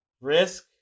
Risk